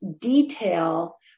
detail